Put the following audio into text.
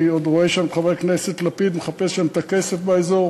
אני עוד רואה את חבר הכנסת לפיד מחפש את הכסף שם באזור,